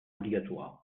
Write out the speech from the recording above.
obligatoires